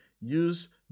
use